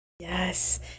Yes